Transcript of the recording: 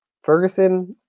Ferguson